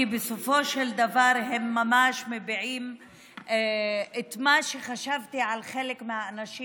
כי בסופו של דבר הם ממש מביעים את מה שחשבתי על חלק מהאנשים